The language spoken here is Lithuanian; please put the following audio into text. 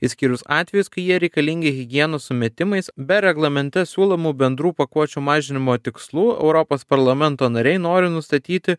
išskyrus atvejus kai jie reikalingi higienos sumetimais be reglamente siūlomų bendrų pakuočių mažinimo tikslų europos parlamento nariai nori nustatyti